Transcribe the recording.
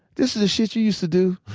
this is the shit you used to do?